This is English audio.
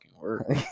work